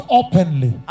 openly